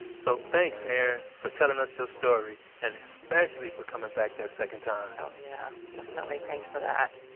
so thanks, erin, for telling us your story, and especially for coming back there a second time oh yeah, definitely thanks for that.